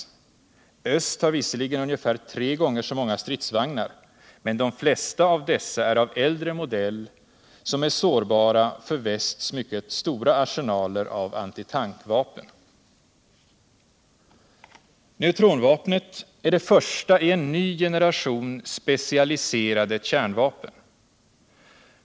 Öst har visserligen ungefär tre gånger så många stridsvagnar, men de flesta av dessa är av äldre modell och särbara för västs mycket stora arsenaler av antitankvapen. Neutronvapnet är det första i en ny generation specialiserade kärnvapen.